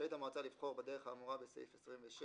רשאית המועצה לבחור בדרך האמורה בסעיף 26